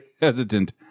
hesitant